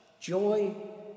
joy